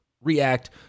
react